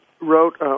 wrote